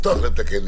לפתוח להם את הקניון,